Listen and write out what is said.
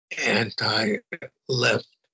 anti-left